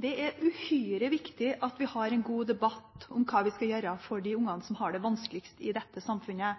Det er uhyre viktig at vi har en god debatt om hva vi skal gjøre for de ungene som har det vanskeligst i dette samfunnet,